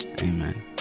Amen